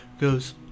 goes